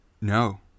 No